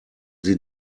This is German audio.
sie